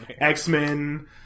X-Men